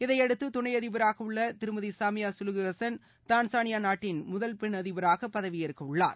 இதையடுத்து துணை அதிபராக உள்ள திருமதி சாமியா கலுஹூ ஹசன் தான்சானியா நாட்டில் முதல் பெண் அதிபராக பதவியேற்கவுள்ளார்